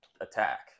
attack